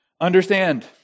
Understand